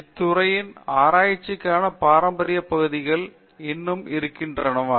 இத்துறையில் ஆராய்ச்சிக்கான பாரம்பரிய பகுதிகள் இன்னும் இருக்கின்றனவா